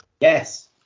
Yes